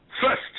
first